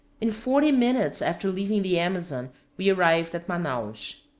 in forty minutes after leaving the amazon we arrived at manaos.